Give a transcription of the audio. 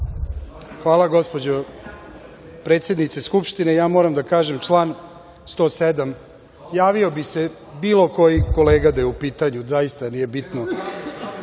Hvala gospođo predsednice Skupštine. Moram da kažem, član 107. Javio bih se, bilo koji kolega da je u pitanju, zaista nije bitno,